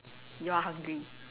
you are hungry